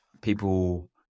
people